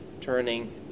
turning